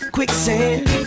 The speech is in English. Quicksand